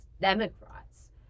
Democrats